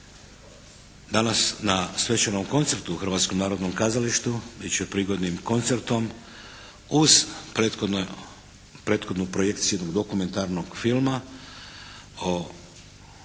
Danas na svečanom koncertu u Hrvatskom narodnom kazalištu bit će prigodnim koncertom uz prethodno, prethodnu projekciju jednog dokumentarnog filma o ulozi